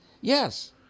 Yes